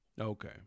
Okay